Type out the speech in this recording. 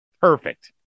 Perfect